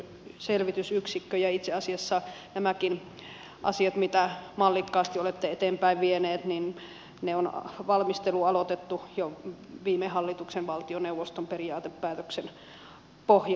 ja itse asiassa näidenkin asioiden mitä mallikkaasti olette eteenpäin vieneet valmistelu on aloitettu jo viime hallituksen valtioneuvoston periaatepäätöksen pohjalta